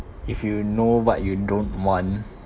if you know what you don't want